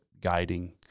guiding